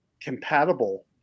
compatible